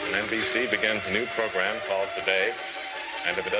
nbc begins a new program called today and